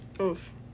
Oof